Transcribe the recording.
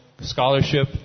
scholarship